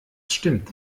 stimmt